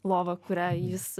lova kurią jis